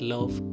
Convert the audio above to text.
Love